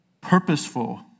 purposeful